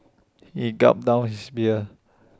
he gulped down his beer